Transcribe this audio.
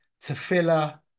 tefillah